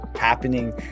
happening